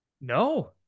no